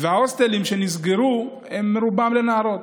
וההוסטלים שנסגרו הם רובם לנערות.